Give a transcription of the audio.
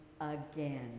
again